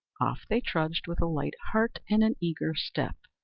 off they trudged, with a light heart and an eager step.